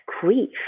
grief